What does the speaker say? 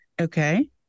Okay